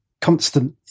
constant